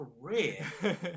career